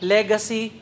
Legacy